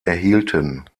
erhielten